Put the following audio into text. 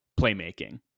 playmaking